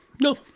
No